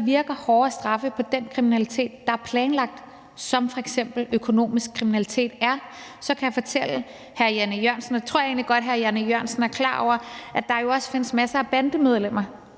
virker hårdere straffe på den kriminalitet, der er planlagt, som f.eks. økonomisk kriminalitet er det. Så kan jeg fortælle hr. Jan E. Jørgensen – og det jeg tror egentlig godt hr. Jan E. Jørgensen er klar over – at der jo også findes masser af bandemedlemmer,